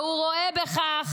והוא רואה בכך,